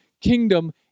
kingdom